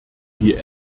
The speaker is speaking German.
die